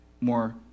more